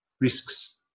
risks